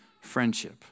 friendship